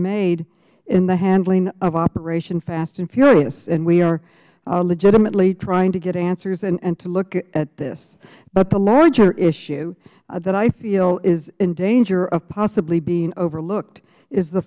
made in the handling of operation fast and furious and we are legitimately trying to get answers and to look at this but the larger issue that i feel is in danger of possibly being overlooked is the